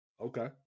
Okay